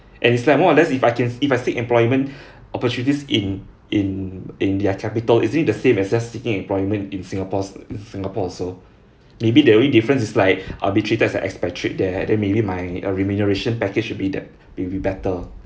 and it's like more or less if I can if I seek employment opportunities in in in their capital is it the same as as seeking employment in singapore's singapore also maybe the only difference is like I will be treated as an expatriate there and then maybe my uh remuneration package would be that will be better